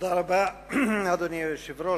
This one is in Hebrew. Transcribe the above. אדוני היושב-ראש,